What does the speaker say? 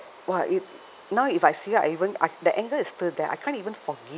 !wah! it now if I see her I even uh the anger is still there I can't even forgive